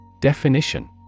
Definition